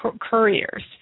couriers